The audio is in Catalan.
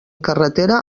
carretera